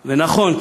ונכון,